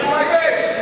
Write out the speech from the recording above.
בבקשה, עשר שניות לסיים,